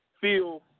feel